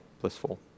blissful